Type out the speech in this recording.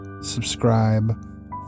subscribe